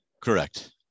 Correct